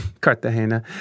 Cartagena